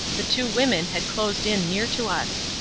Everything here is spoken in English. the two women had closed in near to us.